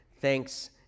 thanks